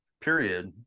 period